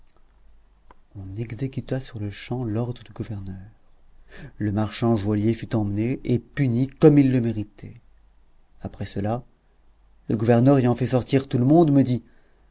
on exécuta sur-le-champ l'ordre du gouverneur le marchand joaillier fut emmené et puni comme il le méritait après cela le gouverneur ayant fait sortir tout le monde me dit